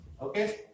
Okay